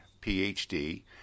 Ph.D